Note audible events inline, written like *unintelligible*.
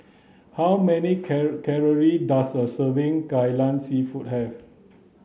how many *unintelligible* calorie does a serving Kai Lan seafood have